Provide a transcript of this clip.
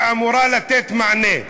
שאמורה לתת מענה.